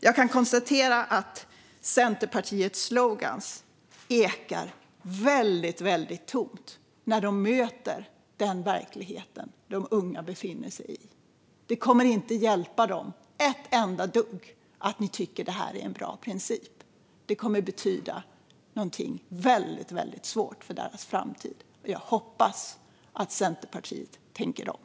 Jag kan konstatera att Centerpartiets slogan ekar väldigt tomt när den möter den verklighet som de unga befinner sig i. Det kommer inte att hjälpa dem ett enda dugg att ni tycker att det är en bra princip. Det kommer att betyda någonting väldigt svårt för deras framtid. Jag hoppas att Centerpartiet tänker om.